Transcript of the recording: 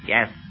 Yes